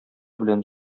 белән